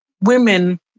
women